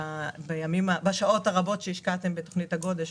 בתכנית הגודש,